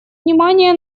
внимание